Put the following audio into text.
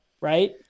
right